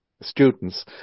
students